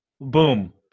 Boom